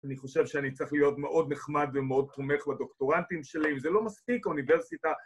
‫אני חושב שאני צריך להיות ‫מאוד נחמד ומאוד תומך בדוקטורנטים שלי, ‫אם זה לא מספיק, אוניברסיטה...